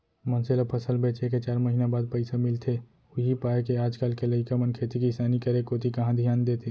मनसे ल फसल बेचे के चार महिना बाद पइसा मिलथे उही पायके आज काल के लइका मन खेती किसानी करे कोती कहॉं धियान देथे